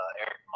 Eric